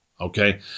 okay